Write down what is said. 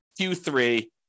Q3